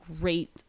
great